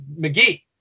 McGee